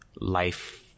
life